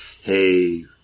hey